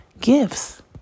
gifts